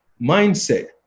mindset